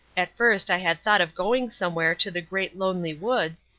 at first i had thought of going somewhere to the great lonely woods,